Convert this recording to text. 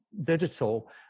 digital